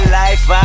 life